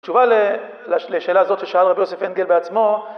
תשובה לשאלה זאת ששאל רבי יוסף אנגל בעצמו